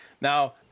Now